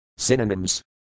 Synonyms